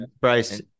bryce